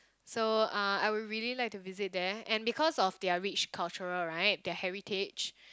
so uh I would really like to visit there and because of their rich cultural right their heritage